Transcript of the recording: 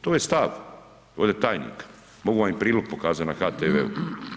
To je stav ovde tajnika, mogu vam i prilog pokazat na HTV-u.